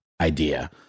idea